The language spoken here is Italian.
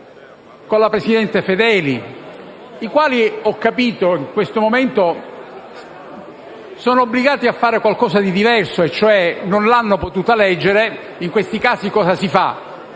con la presidente Fedeli, i quali - ho capito - in questo momento sono obbligati a fare qualcosa di diverso. Non l'hanno potuta leggere e in questi casi cosa si fa?